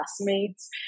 classmates